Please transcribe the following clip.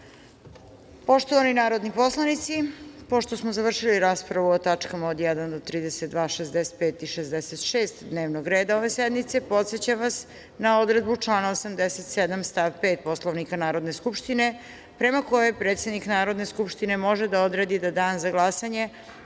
celini. Poštovani narodni poslanici, pošto smo završili raspravu o tačkama od 1. do 32, 65. i 66. dnevnog reda ove sednice, podsećam vas na odredbu člana 87. stav 5. Poslovnika Narodne skupštine prema kojoj predsednik Narodne skupštine može da odredi da dan za glasanje